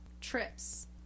trips